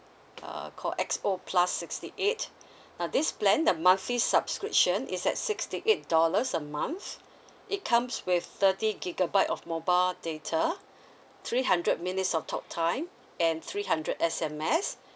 uh call X O plus sixty eight uh this plan the monthly subscription is at sixty eight dollars a month it comes with thirty gigabyte of mobile data three hundred minutes of talk time and three hundred S_M_S